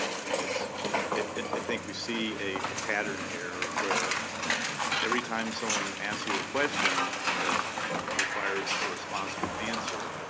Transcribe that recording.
i mean, it's i think we see a a pattern here where every time someone asks you a question that requires a responsible answer,